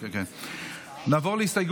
הסתייגות